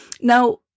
Now